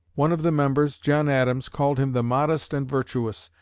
one of the members, john adams, called him the modest and virtuous,